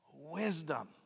wisdom